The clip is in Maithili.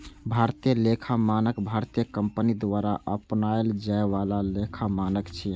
भारतीय लेखा मानक भारतीय कंपनी द्वारा अपनाओल जाए बला लेखा मानक छियै